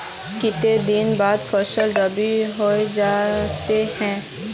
केते दिन बाद फसल रेडी होबे जयते है?